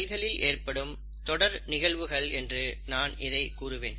செல்களில் ஏற்படும் தொடர் நிகழ்வுகள் என்று நான் இதை கூறுவேன்